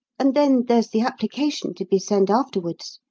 and then there's the application to be sent afterwards.